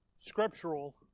Scriptural